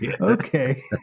Okay